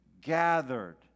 gathered